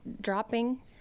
dropping